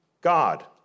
God